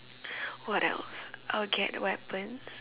what else I'll get weapons